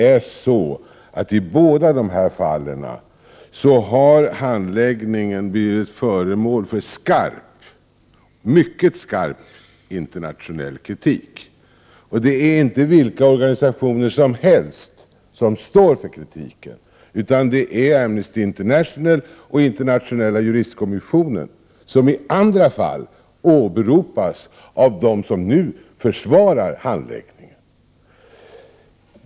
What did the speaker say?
I dessa båda fall har handläggningen blivit föremål för mycket skarp internationell kritik. Det är inte vilka organisationer som helst som står bakom kritiken, utan det är Amnesty international och Internationella juristkommissionen, vilka i andra fall åberopas av dem som nu försvarar handläggningen.